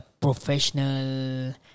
professional